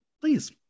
Please